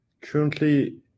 currently